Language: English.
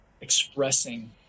expressing